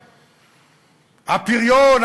הפריון,